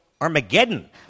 Armageddon